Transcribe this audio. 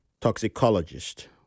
toxicologist